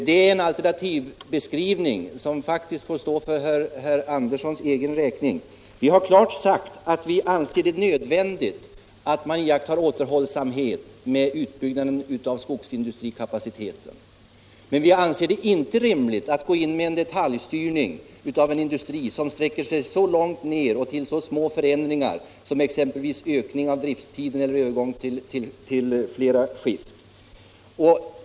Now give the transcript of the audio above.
Det är en alternativbeskrivning som faktiskt får stå för herr Andersson egen räkning. Vi har klart uttalat att vi anser det nödvändigt att man iakttar återhållsamhet med utbyggnaden av skogsindustrikapaciteten. Men vi anser det inte rimligt att gå in med en detaljstyrning som sträcker sig till så små förändringar som exempelvis ökning av driftstiden eller övergång till flera skift.